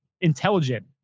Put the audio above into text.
intelligent